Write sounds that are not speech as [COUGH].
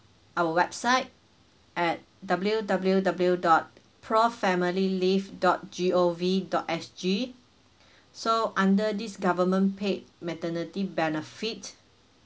our website at W W W dot pro family leave dot G O V dot S G [BREATH] so under this government paid maternity benefit